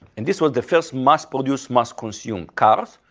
and this was the first mass produced mass consumed cars,